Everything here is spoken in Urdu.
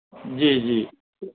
جی جی